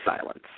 silence